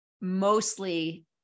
mostly